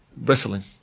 wrestling